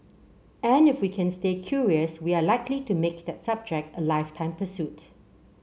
and if we can stay curious we are likely to make that subject a lifetime pursuit